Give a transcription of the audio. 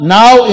now